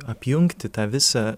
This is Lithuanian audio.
apjungti tą visą